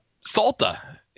Salta